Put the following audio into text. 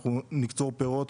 אנחנו ניצור פירות